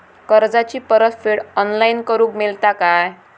कर्जाची परत फेड ऑनलाइन करूक मेलता काय?